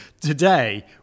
today